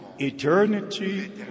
eternity